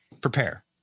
prepare